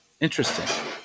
interesting